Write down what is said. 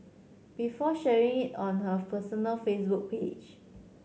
before sharing it on her personal Facebook page